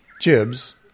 Jibs